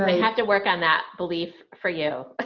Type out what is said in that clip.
ah you have to work on that belief for you, ah